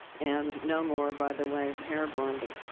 and no more, by the way, pair-bonding.